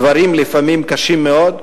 לפעמים, דברים קשים מאוד,